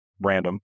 random